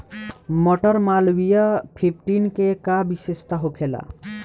मटर मालवीय फिफ्टीन के का विशेषता होखेला?